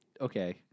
Okay